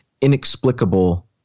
inexplicable